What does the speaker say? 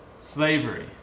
slavery